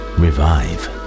revive